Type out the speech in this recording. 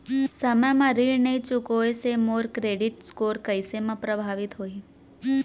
समय म ऋण नई चुकोय से मोर क्रेडिट स्कोर कइसे म प्रभावित होही?